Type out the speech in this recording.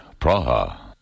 Praha